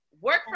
Work